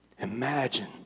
Imagine